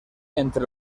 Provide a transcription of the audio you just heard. entre